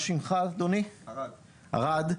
ערד,